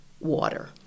water